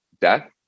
death